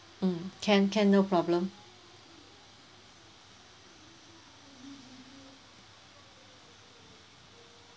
mm can can no problem